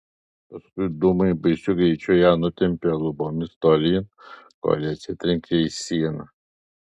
paskui dūmai baisiu greičiu ją nutempė lubomis tolyn kol ji atsitrenkė į sieną